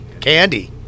Candy